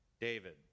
David